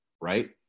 right